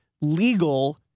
legal